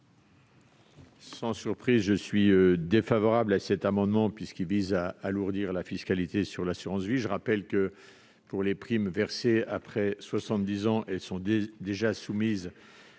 Sans surprise, je suis défavorable à cet amendement qui vise à alourdir la fiscalité de l'assurance vie. Rappelons que les primes versées après 70 ans sont déjà soumises